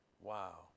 Wow